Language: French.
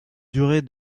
durée